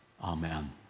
Amen